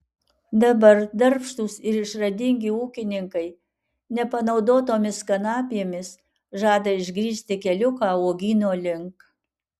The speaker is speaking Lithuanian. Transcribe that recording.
dabar darbštūs ir išradingi ūkininkai nepanaudotomis kanapėmis žada išgrįsti keliuką uogyno link